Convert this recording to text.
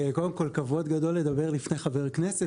קודם כל, כבוד גדול לדבר לפני חבר כנסת.